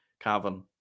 Kevin